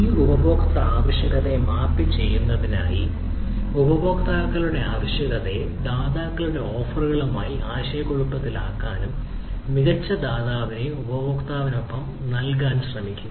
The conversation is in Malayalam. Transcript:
ഈ ഉപയോക്തൃ ആവശ്യകതയെ മാപ്പ് ചെയ്യുന്നതിനായി ഉപയോക്താക്കളുടെ ആവശ്യകതയെ ദാതാക്കളുടെ ഓഫറുകളുമായി ആശയക്കുഴപ്പത്തിലാക്കാനും മികച്ച ദാതാവിനെ ഉപയോക്താവിനൊപ്പം നൽകാൻ ശ്രമിക്കുക